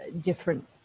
different